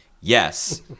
Yes